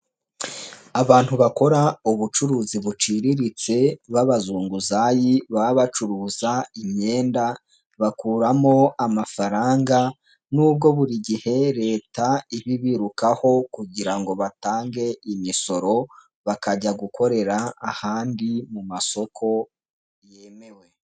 Abantu bakora ubucuruzi buciriritse b'abazunguzayi baba bacuruza imyenda, bakuramo amafaranga n'ubwo buri gihe leta ibibirukaho kugira ngo batange imisoro, bakajya gukorera ahandi mu masoko yemewe.